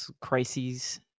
crises